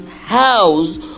house